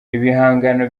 ibihangano